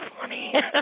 funny